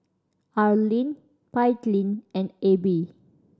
Arlyne Paityn and Abbey